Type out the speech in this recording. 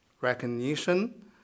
recognition